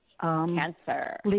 Cancer